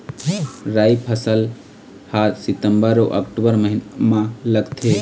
राई फसल हा सितंबर अऊ अक्टूबर महीना मा लगथे